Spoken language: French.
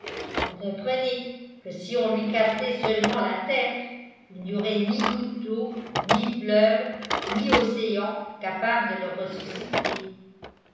vous comprenez que si on lui cassait seulement la tête il n'y aurait ni goutte d'eau ni fleuve ni océan capable de le ressusciter